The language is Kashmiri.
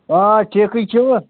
آ ٹھیٖکے چھِوٕ